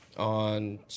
on